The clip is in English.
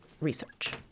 research